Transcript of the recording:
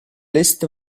list